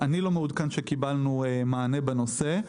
אני לא מעודכן שקיבלנו מענה בנושא.